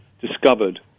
discovered